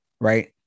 right